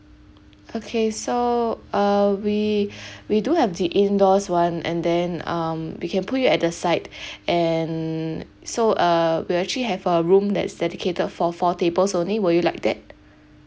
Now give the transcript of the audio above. okay so uh we we do have the indoors one and then um we can put you at the side and so uh we actually have a room that's dedicated for four tables only will you like that